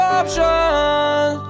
options